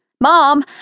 Mom